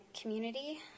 community